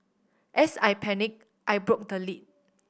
as I panicked I broke the lid